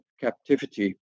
captivity